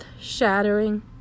shattering